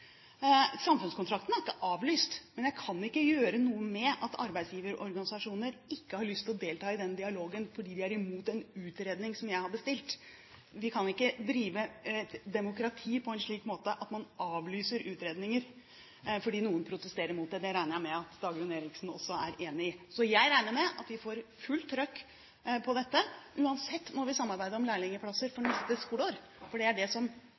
Samfunnskontrakten er ikke avlyst, men jeg kan ikke gjøre noe med at arbeidsgiverorganisasjonene ikke har lyst til å delta i denne dialogen, fordi de er imot en utredning som jeg har bestilt. Vi kan ikke drive et demokrati på en slik måte at man avlyser utredninger fordi noen protesterer mot det. Det regner jeg med at Dagrun Eriksen også er enig i. Så jeg regner med at vi får fullt trøkk på dette. Uansett må vi samarbeide om lærlingplasser for neste skoleår, for det er det som